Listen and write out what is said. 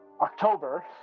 October